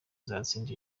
azatsinda